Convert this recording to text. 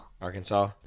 Arkansas